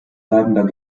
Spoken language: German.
bleibender